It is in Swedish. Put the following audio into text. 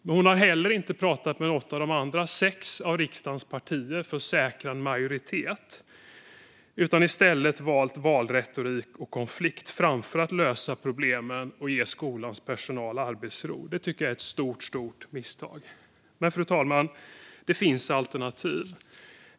Men hon har inte heller pratat med något av de andra sex av riksdagens partier för att säkra en majoritet utan i stället valt valretorik och konflikt framför att lösa problemen och ge skolans personal arbetsro. Det tycker jag är ett stort misstag. Men, fru talman, det finns alternativ.